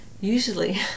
usually